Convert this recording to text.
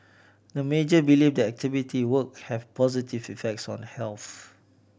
the majority believe that activity work have positive effects on health